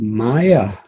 maya